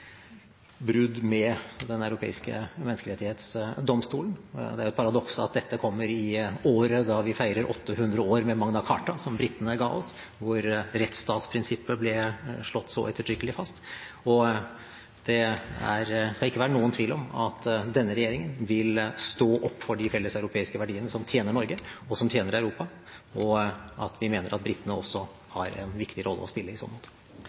brudd med Den europeiske menneskerettighetsdomstolen. Det er jo et paradoks at dette kommer i året da vi feirer 800 år med Magna Carta, som britene ga oss, hvor rettsstatsprinsippet ble slått så ettertrykkelig fast. Det skal ikke være noen tvil om at denne regjeringen vil stå opp for de felleseuropeiske verdiene som tjener Norge, og som tjener Europa, og at vi mener at britene også har en viktig rolle å spille i så måte.